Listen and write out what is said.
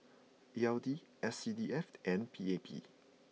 E L D S C D F and P A P